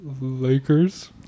Lakers